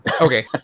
Okay